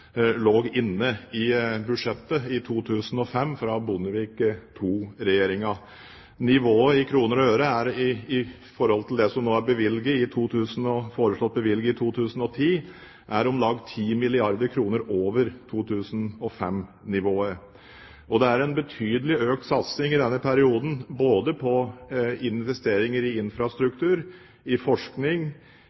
lå inne i budsjettet i 2005 fra Bondevik II-regjeringen. Nivået i kroner og øre i forhold til det som er foreslått bevilget i 2010, er om lag 10 milliarder kr over 2005-nivået, og det er en betydelig økt satsing i denne perioden på både investeringer i infrastruktur, forskning og utdanning og på investeringer i